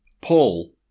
Paul